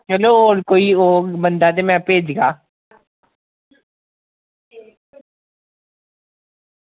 चलो होर कोई होग बंदा ते में भेजगा